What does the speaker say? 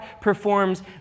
performs